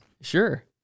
Sure